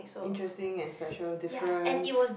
interesting and special different